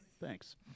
thanks